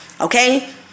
Okay